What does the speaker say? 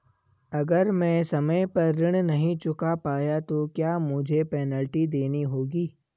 अगर मैं समय पर ऋण नहीं चुका पाया तो क्या मुझे पेनल्टी देनी होगी?